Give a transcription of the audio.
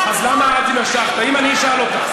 אז למה את, תסביר לי למה.